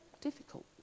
difficult